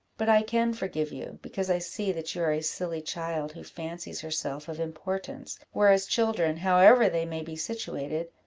but i can forgive you, because i see that you are a silly child, who fancies herself of importance whereas children, however they may be situated,